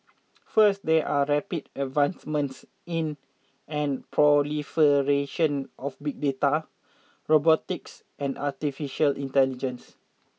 first there are rapid advancements in and proliferation of big data robotics and artificial intelligence